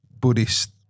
Buddhist